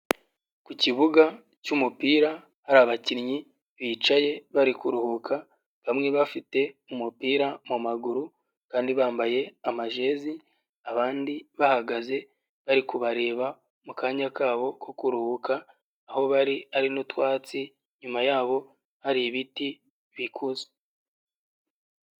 Ku kibuga cy'umupira hari abakinnyi bicaye bari kuruhuka, bamwe bafite umupira mu maguru kandi bambaye amajezi, abandi bahagaze bari kubareba mu kanya kabo ko kuruhuka, aho bari hari n'utwatsi, nyuma yabo hari ibiti bikuze.